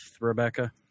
Rebecca